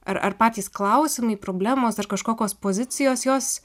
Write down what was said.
ar patys klausimai problemos ar kažkokios pozicijos jos